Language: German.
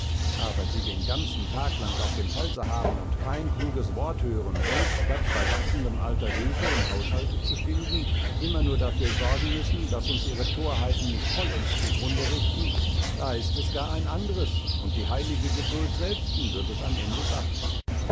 aber sie den ganzen tag lang auf dem halse haben und kein kluges wort hören und statt bei wachsendem alter hülfe im haushalte zu finden immer nur dafür sorgen müssen daß uns ihre torheiten nicht vollends zugrunde richten da ist es gar ein andres und die heilige geduld selbsten würd es am ende satt